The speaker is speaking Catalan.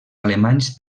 alemanys